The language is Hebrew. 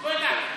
לא ידעתי.